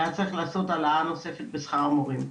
והיה צריך לעשות העלאה נוספת בשכר המורים.